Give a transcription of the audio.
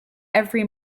every